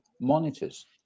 monitors